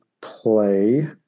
play